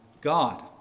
God